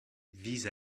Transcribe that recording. vise